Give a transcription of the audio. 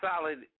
solid